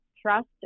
Trust